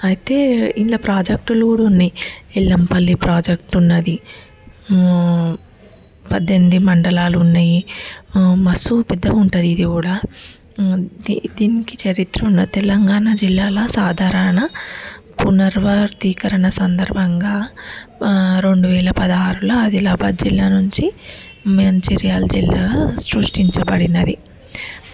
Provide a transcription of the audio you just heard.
అయితే ఇందులో ప్రాజెక్టులు కూడా ఉన్నాయి ఎల్లంపల్లి ప్రాజెక్టు ఉన్నది పద్దెనిమిది మండలాలు ఉన్నాయి మసు పెద్దగా ఉంటుంది ఇది కూడా ఇది దీనికి చరిత్ర ఉన్నది తెలంగాణ జిల్లాలో సాధారణంగా పునర్వాతికరణ సందర్భంగా రెండు వేల పదహారులో అదిలాబాదు జిల్లా నుంచి మంచిర్యాల జిల్లా సృష్టించబడినది